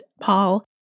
Paul